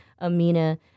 Amina